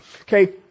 Okay